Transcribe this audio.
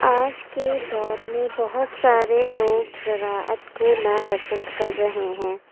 آج کے دور میں بہت سارے لوگ زراعت کو ناپسند کر رہے ہیں